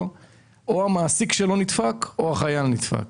אז או שהמעסיק שלו נדפק או שהאדם נדפק.